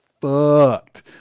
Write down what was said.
fucked